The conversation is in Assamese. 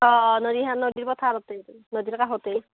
অঁ নদীখান নদীৰ পথাৰতে নদীৰ কাষতেই